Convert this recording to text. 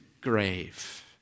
grave